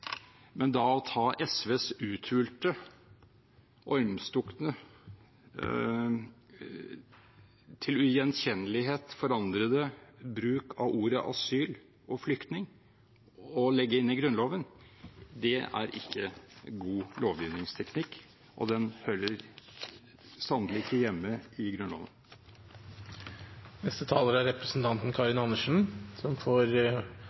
Men å ta SVs uthulte, ormstukne, til ugjenkjennelighet forandrede bruk av ordet asyl og flyktning og legge inn i Grunnloven er ikke god lovgivningsteknikk, og den hører sannelig ikke hjemme i Grunnloven. Representanten Karin Andersen har hatt ordet to ganger tidligere i debatten om forslaget og får